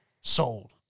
sold